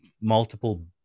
multiple